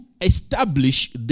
establish